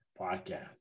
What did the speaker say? Podcast